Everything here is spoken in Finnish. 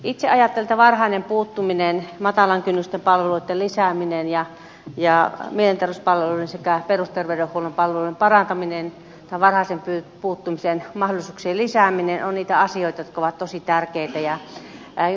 itse ajattelen että varhainen puuttuminen matalan kynnyksen palveluitten lisääminen mielenterveyspalveluiden sekä perusterveydenhuollon palveluiden parantaminen ja varhaisen puuttumisen mahdollisuuksien lisääminen ovat niitä asioita jotka ovat tosi tärkeitä